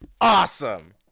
Awesome